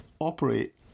operate